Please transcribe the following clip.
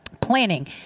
planning